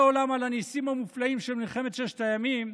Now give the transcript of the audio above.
עולם על הניסים הנפלאים של מלחמת ששת הימים,